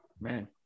Man